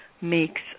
makes